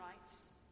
rights